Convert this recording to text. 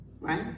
right